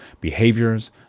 behaviors